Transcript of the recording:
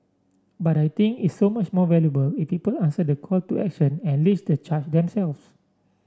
but I think it's so much more valuable if people answer the call to action and lead the charge themselves